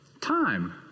time